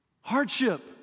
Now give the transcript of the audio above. Hardship